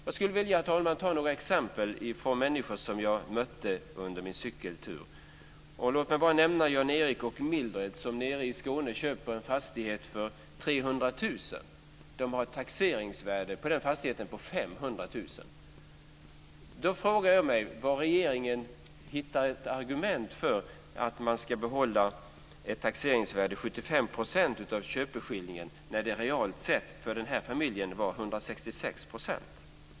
Jag skulle vilja ta några exempel från människor som jag mötte under min cykeltur. Låt mig nämna Jan-Erik och Mildred som nere i Skåne köper en fastighet för 300 000 kr. De har ett taxeringsvärde på fastigheten på 500 000! Jag frågar mig var regeringen hittar ett argument för att man ska behålla ett taxeringsvärde på 75 % av köpeskillingen när det realt sett för den här familjen är 166 %.